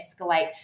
escalate